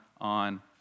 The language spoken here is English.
on